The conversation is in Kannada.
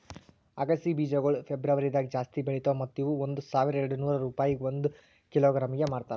ಅಗಸಿ ಬೀಜಗೊಳ್ ಫೆಬ್ರುವರಿದಾಗ್ ಜಾಸ್ತಿ ಬೆಳಿತಾವ್ ಮತ್ತ ಇವು ಒಂದ್ ಸಾವಿರ ಎರಡನೂರು ರೂಪಾಯಿಗ್ ಒಂದ್ ಕಿಲೋಗ್ರಾಂಗೆ ಮಾರ್ತಾರ